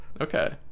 Okay